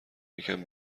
یکم